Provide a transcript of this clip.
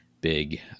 big